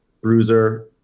bruiser